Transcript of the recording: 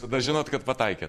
tada žinot kad pataikėt